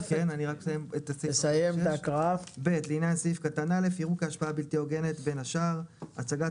לעניין סעיף קטן (א) - יראו כהשפעה בלתי הוגנת בין השאר הצגת